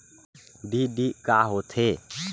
DD का होथे?